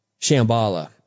Shambhala